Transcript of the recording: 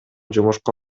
жумушка